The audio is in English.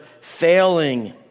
failing